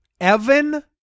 Evan